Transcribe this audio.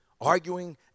arguing